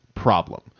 Problem